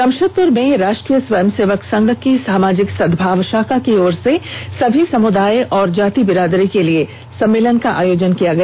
जमशेदपुर में राष्ट्रीय स्वयंसेवक संघ की सामाजिक सद्भाव शाखा की ओर से सभी समुदाय एवं जाति बिरादरी के लिए सम्मेलन का आयोजन किया गया